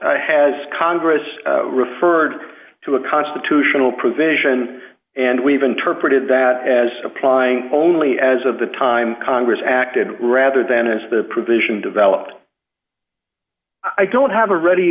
has congress referred to a constitutional provision and we've interpreted that as applying only as of the time congress acted rather than as the provision developed i don't have a ready